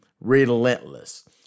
relentless